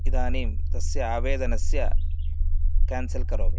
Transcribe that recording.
इदानीं तस्य आवेदनस्य केन्सल् करोमि